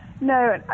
No